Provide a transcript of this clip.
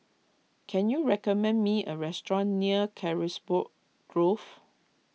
can you recommend me a restaurant near Carisbrooke Grove